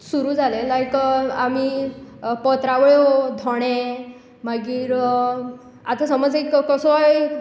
सुरू जालें लायक आमी पत्रावळ्यो दोणे मागीर आतां समज एक कसोय